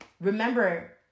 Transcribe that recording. remember